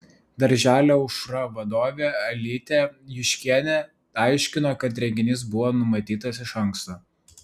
darželio aušra vadovė alytė juškienė aiškino kad renginys buvo numatytas iš anksto